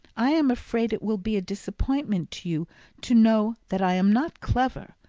i am afraid it will be a disappointment to you to know that i am not clever,